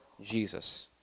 Jesus